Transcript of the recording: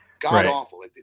god-awful